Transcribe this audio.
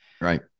Right